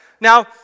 Now